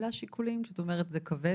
אלה השיקולים שלך כשאת אומרת שזה "כבד"?